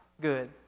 good